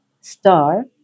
star